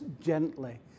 gently